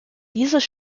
dieses